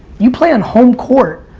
you play on home court,